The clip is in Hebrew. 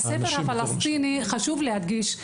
חשוב להדגיש,